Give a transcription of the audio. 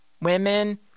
women